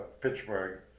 Pittsburgh